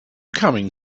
coming